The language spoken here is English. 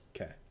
Okay